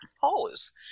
hose